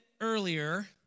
earlier